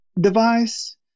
device